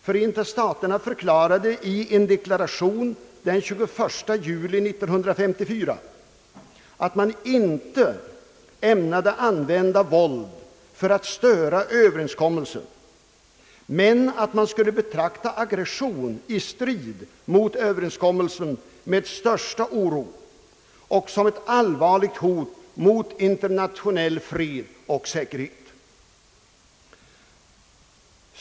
Förenta staterna förklarade i en deklaration den 21 juli 1954 att man inte ämnade använda våld för att störa överenskommelsen men att man skulle betrakta aggression i strid mot överenskommelsen »med största oro och som ett allvarligt hot mot internationell fred och säkerhet«.